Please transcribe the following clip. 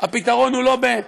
הפתרון הוא לא,